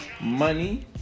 money